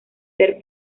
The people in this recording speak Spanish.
ser